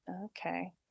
Okay